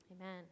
Amen